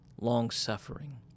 long-suffering